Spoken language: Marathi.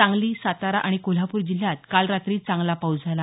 सांगली सातारा आणि कोल्हापूर जिल्ह्यात काल रात्री चांगला पाऊस झाला